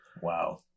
Wow